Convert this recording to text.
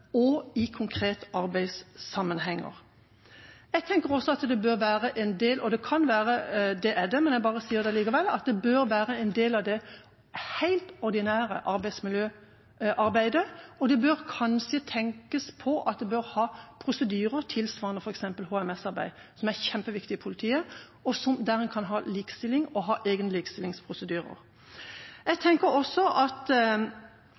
og i konkret arbeidssammenheng. Jeg tenker også at det bør være en del av det helt ordinære arbeidsmiljøarbeidet – og det er det, men jeg sier det likevel. Og man bør kanskje tenke på å ha prosedyrer tilsvarende f.eks. HMS-arbeid, som er kjempeviktig i politiet, og som dermed kan ha likestilling og egne likestillingsprosedyrer.